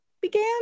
began